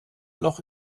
loch